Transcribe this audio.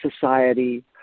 society